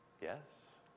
Yes